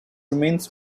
remains